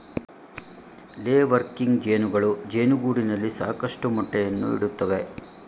ಲೇ ವರ್ಕಿಂಗ್ ಜೇನುಗಳು ಜೇನುಗೂಡಿನಲ್ಲಿ ಸಾಕಷ್ಟು ಮೊಟ್ಟೆಯನ್ನು ಇಡುತ್ತವೆ